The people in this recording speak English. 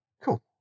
Cool